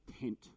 tent